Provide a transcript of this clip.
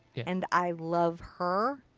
and i love her. ah.